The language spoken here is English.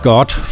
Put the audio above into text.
God